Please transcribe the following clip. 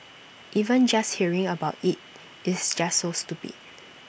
even just hearing about IT is just so stupid